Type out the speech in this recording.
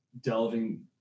delving